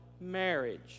marriage